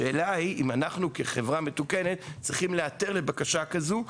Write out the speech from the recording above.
השאלה היא האם אנחנו כחברה מתוקנת צריכים להיעתר לבקשה כזו.